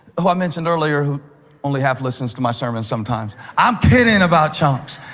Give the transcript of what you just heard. who i mentioned earlier, who only half listens to my sermons sometimes i'm kidding about chunks,